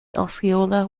osceola